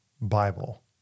Bible